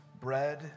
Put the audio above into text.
bread